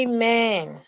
Amen